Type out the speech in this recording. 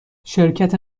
شرکت